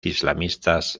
islamistas